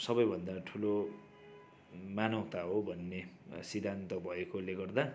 सबैभन्दा ठुलो मानवता हो भन्ने सिद्धान्त भएकोले गर्दा